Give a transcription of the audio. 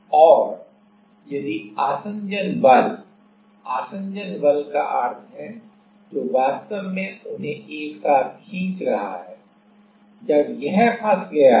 और यदि आसंजन बल आसंजन बल का अर्थ है जो वास्तव में उन्हें एक साथ खींच रहा है जब यह फंस गया है